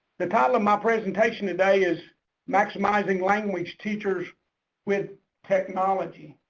the title of my presentation today is maximizing language teachers with technology,